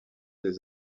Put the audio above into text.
des